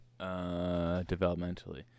developmentally